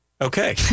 Okay